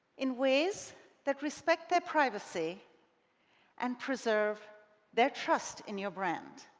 in ways that respect their privacy and preserve their trust in your brand.